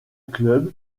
club